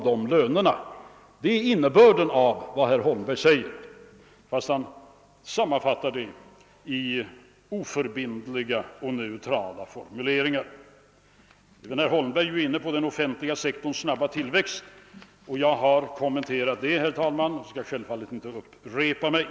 Det är nämligen innebörden av vad herr Holmberg sade, fastän han sammanfattade det i icke bindande och neutrala formuleringar. | Sedan kom herr Holmberg in på den offentliga sektorns snabba tillväxt, men den saken har jag redan kommenterat, och jag skall nu inte upprepa mig.